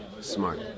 smart